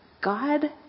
God